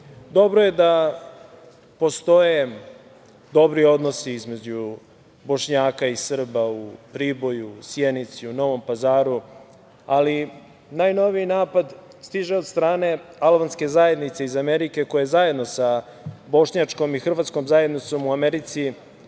je da postoje dobri odnosi između Bošnjaka i Srba u Priboju, Sjenici, u Novom Pazaru ali najnoviji napad stiže od strane Albanske zajednice iz Amerike, koja je zajedno sa Bošnjačkom i Hrvatskom zajednicom u Americi